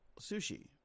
sushi